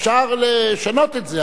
אפשר לשנות את זה,